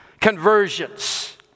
conversions